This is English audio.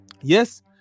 yes